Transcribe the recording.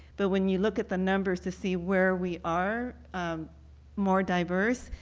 but when you look at the numbers to see where we are more diverse,